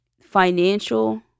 financial